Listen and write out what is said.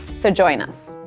so join us.